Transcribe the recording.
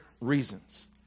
reasons